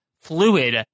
fluid